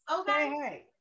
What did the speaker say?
Okay